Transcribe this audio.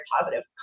positive